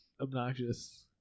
obnoxious